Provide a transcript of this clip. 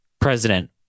president